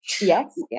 Yes